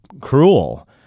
cruel